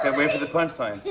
and wait for the punch line. yeah